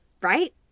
right